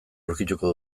aurkituko